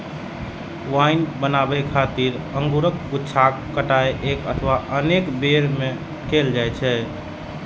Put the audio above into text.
wine बनाबै खातिर अंगूरक गुच्छाक कटाइ एक अथवा अनेक बेर मे कैल जाइ छै